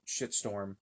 shitstorm